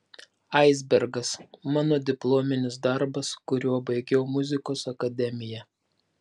aisbergas mano diplominis darbas kuriuo baigiau muzikos akademiją